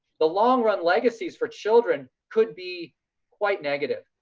the long run legacies for children could be quite negative,